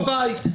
--- בבית.